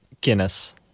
Guinness